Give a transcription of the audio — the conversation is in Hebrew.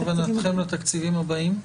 מה כוונתכם לתקציבים הבאים,